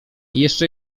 jeszcze